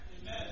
Amen